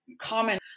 Common